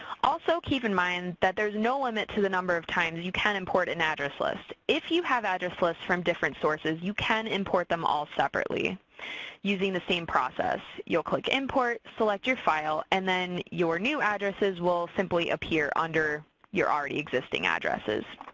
also keep in mind that there is no limit to the number of times you can import an address list. if you have address lists from different sources, you can import them all separately using the same process. you'll click import, select your file, and then your new addresses will simply appear under your already existing addresses.